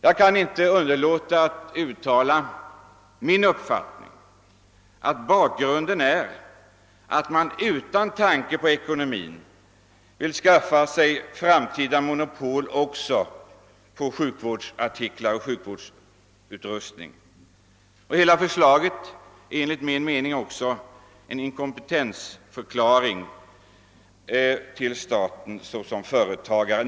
Jag kan inte underlåta att uttala som min uppfattning, att bakgrunden är att staten utan tanke på ekonomin vill skaffa sig framtida monopol också på sjukvårdsartiklar och sjukvårdsutrustning. Hela förslaget är enligt min mening på det sätt det skötts en inkompetensförklaring av staten såsom företagare.